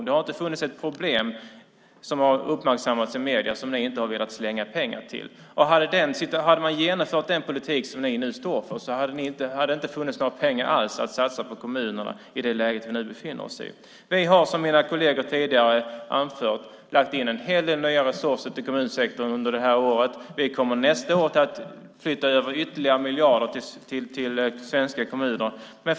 Det har inte funnits ett problem som har uppmärksammats i medierna som ni inte har velat slänga pengar till. Hade man genomfört den politik som ni nu står för hade det inte funnits några pengar alls att satsa på kommunerna i det läge vi nu befinner oss i. Vi har, som mina kolleger tidigare anfört, lagt in en hel del nya resurser till kommunsektorn under det här året. Vi kommer nästa år att flytta över ytterligare miljarder till svenska kommuner.